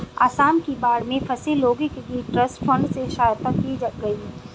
आसाम की बाढ़ में फंसे लोगों की ट्रस्ट फंड से सहायता की गई